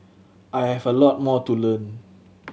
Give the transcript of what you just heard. I have a lot more to learn